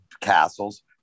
castles